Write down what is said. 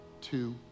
two